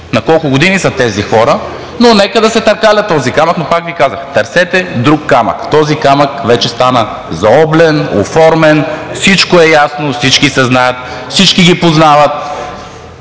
на колко години са тези хора, но нека да се търкаля този камък. Но пак Ви казвам: търсете друг камък, този камък вече стана заоблен, оформен, всичко е ясно, всички се знаят, всички ги познават.